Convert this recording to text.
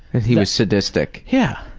that he was sadistic. yeah.